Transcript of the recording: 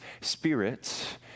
spirit